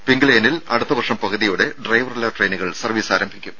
pink ലൈനിൽ അടുത്ത വർഷം പകുതിയോടെ ഡ്രൈവറില്ലാ ട്രെയിനുകൾ സർവ്വീസ് ആരംഭിക്കും